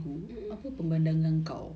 mm mm